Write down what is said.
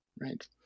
right